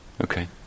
Okay